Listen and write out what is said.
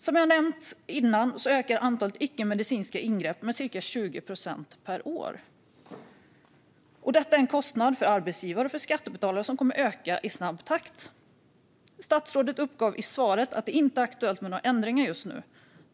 Som jag nämnt tidigare ökar antalet icke-medicinska ingrepp med cirka 20 procent per år, och kostnaden för arbetsgivare och skattebetalare kommer att öka i snabb takt. Statsrådet uppgav i svaret att det inte är aktuellt med några ändringar just nu.